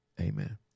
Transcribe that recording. amen